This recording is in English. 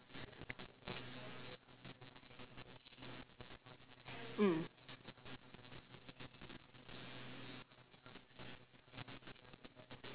mm